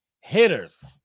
hitters